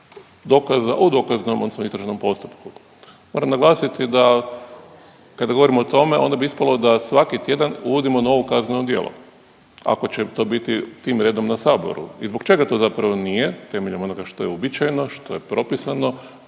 dokaza o dokaznom odnosno istražnom postupku. Moram naglasiti da kada govorimo o tome onda bi ispalo da svaki tjedan uvodimo novo kazneno djelo ako će to biti tim redom na saboru i zbog čega to zapravo nije temeljem onoga što je uobičajeno i što je propisano